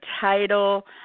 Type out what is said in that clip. title